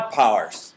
powers